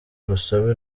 urusobe